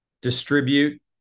distribute